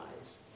eyes